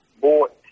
bought